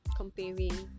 comparing